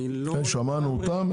שמענו אותם.